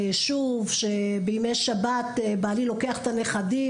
בימי שבת בעלי לוקח את הנכדים.